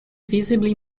visibly